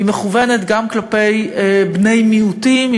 היא מכוונת גם כלפי בני מיעוטים,